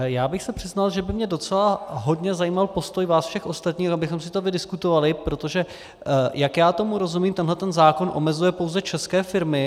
Já bych se přiznal, že by mě docela hodně zajímal postoj vás všech ostatních, abychom si to vydiskutovali, protože jak já tomu rozumím, tenhle zákon omezuje pouze české firmy.